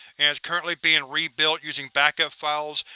and is currently being rebuilt using backup files,